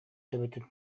төбөтүн